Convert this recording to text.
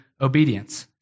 obedience